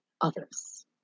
others